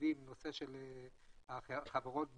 הביא בנושא של חברות הביטוח,